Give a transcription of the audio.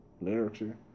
literature